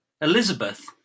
elizabeth